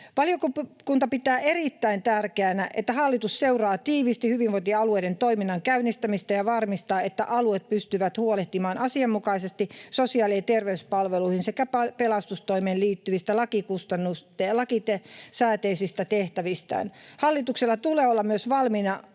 Valiokunta pitää erittäin tärkeänä, että hallitus seuraa tiiviisti hyvinvointialueiden toiminnan käynnistymistä ja varmistaa, että alueet pystyvät huolehtimaan asianmukaisesti sosiaali‑ ja terveyspalveluihin sekä pelastustoimeen liittyvistä lakisääteisistä tehtävistään. Hallituksella tulee olla myös valmiutta